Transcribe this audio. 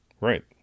Right